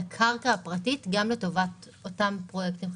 את הקרקע הפרטית לטובת אותם פרויקטים.